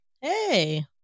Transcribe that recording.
Hey